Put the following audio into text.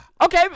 Okay